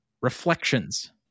Reflections